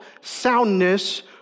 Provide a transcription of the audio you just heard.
soundness